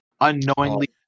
unknowingly